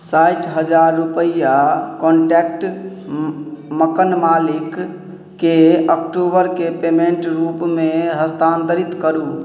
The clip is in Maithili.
साठि हजार रुपैआ कॉन्टैक्ट मकान मालिकके अक्टूबरके पेमेंट रूपमे हस्तान्तरित करू